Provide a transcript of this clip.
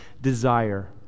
desire